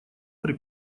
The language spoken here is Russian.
при